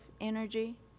energy